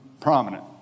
prominent